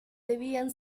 debían